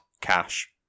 cash